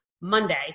Monday